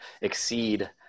exceed